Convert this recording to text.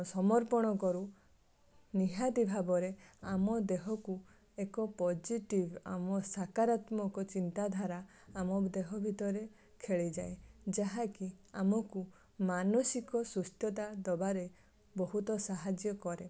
ସମର୍ପଣ କରୁ ନିହାତି ଭାବରେ ଆମ ଦେହକୁ ଏକ ପଜିଟିଭ୍ ଆମ ସକାରାତ୍ମକ ଚିନ୍ତାଧାରା ଆମ ଦେହ ଭିତରେ ଖେଳିଯାଏ ଯାହାକି ଆମକୁ ମାନସିକ ସୁସ୍ଥତା ଦେବାରେ ବହୁତ ସାହାଯ୍ୟ କରେ